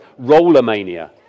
Rollermania